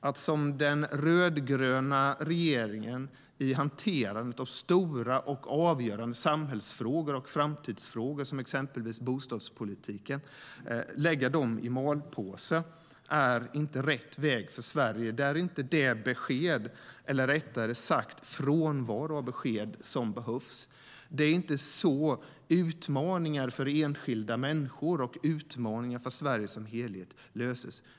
Att som den rödgröna regeringen i hanterandet av stora och avgörande samhällsfrågor och framtidsfrågor, som exempelvis bostadspolitiken, lägga dem i malpåse är inte rätt väg för Sverige. Det är inte det besked, eller rättare sagt frånvaro av besked, som behövs. Det är inte så utmaningar för enskilda människor och utmaningar för Sverige som helhet löses.